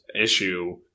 issue